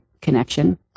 connection